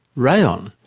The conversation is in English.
rayon,